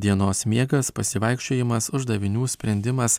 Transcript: dienos miegas pasivaikščiojimas uždavinių sprendimas